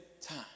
time